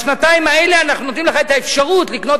בשנתיים האלה אנחנו נותנים לך את האפשרות לקנות